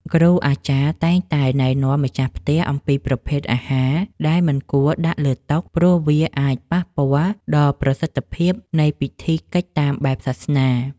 គ្រូអាចារ្យតែងតែណែនាំម្ចាស់ផ្ទះអំពីប្រភេទអាហារដែលមិនគួរដាក់លើតុ ព្រោះវាអាចប៉ះពាល់ដល់ប្រសិទ្ធភាពនៃពិធីកិច្ចតាមបែបសាសនា។